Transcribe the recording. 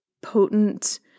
potent